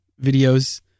videos